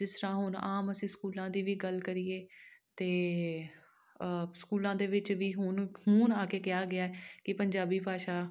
ਜਿਸ ਤਰ੍ਹਾਂ ਹੁਣ ਆਮ ਅਸੀਂ ਸਕੂਲਾਂ ਦੀ ਵੀ ਗੱਲ ਕਰੀਏ ਤਾਂ ਸਕੂਲਾਂ ਦੇ ਵਿੱਚ ਵੀ ਹੁਣ ਹੂਣ ਆ ਕੇ ਕਿਹਾ ਗਿਆ ਕਿ ਪੰਜਾਬੀ ਭਾਸ਼ਾ